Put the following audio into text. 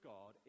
God